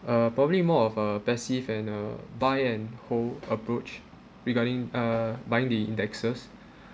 uh probably more of a passive and uh buy and hold approach regarding uh buying the indexes